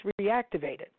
reactivated